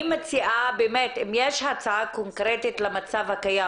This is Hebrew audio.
אם יש הצעה קונקרטית למצב הקיים